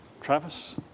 Travis